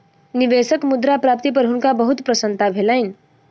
निवेशक मुद्रा प्राप्ति पर हुनका बहुत प्रसन्नता भेलैन